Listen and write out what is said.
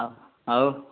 ଆଉ